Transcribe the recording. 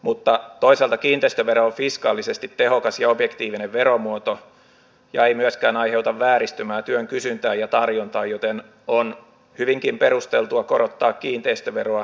mutta toisaalta kiinteistövero on fiskaalisesti tehokas ja objektiivinen veromuoto ja ei myöskään aiheuta vääristymää työn kysyntään ja tarjontaan joten on hyvinkin perusteltua korottaa kiinteistöveroa kunnallisveron sijaan